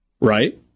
Right